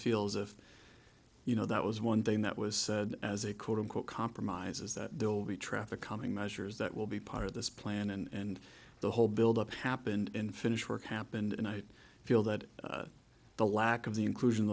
feel as if you know that was one thing that was said as a quote unquote compromise is that there will be traffic calming measures that will be part of this plan and the whole build up happened in finished work happened and i feel that the lack of the inclusion